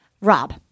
Rob